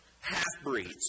half-breeds